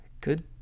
Good